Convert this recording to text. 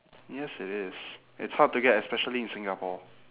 yes it is it's hard to get especially in singapore